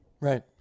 Right